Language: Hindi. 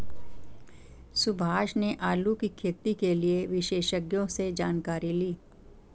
सुभाष ने आलू की खेती के लिए विशेषज्ञों से जानकारी ली